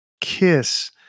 Kiss